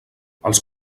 els